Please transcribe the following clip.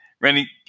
Randy